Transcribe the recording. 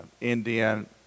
Indian